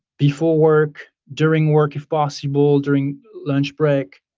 before work, during work if possible, during lunch break,